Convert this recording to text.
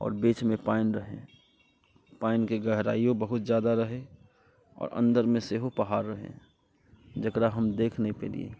आओर बीचमे पानि रहै पानिके गहराइयो बहुत जादा रहै आओर अन्दरमे सेहो पहाड़ रहै जेकरा हम देखि नहि पयलियै